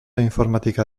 informatika